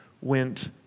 went